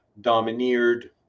domineered